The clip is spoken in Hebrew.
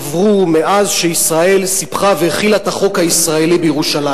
עברו מאז שישראל סיפחה והחילה את החוק הישראלי בירושלים?